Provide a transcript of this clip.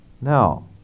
Now